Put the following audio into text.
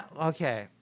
okay